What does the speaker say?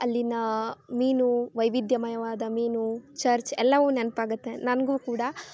ಅಲ್ಲಿನ ಮೀನು ವೈವಿಧ್ಯಮಯವಾದ ಮೀನು ಚರ್ಚ್ ಎಲ್ಲವೂ ನೆನ್ಪಾಗುತ್ತೆ ನನಗೂ ಕೂಡ